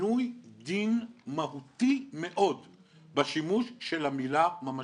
שינוי דין מהותי מאוד בשימוש של המילה ממשי.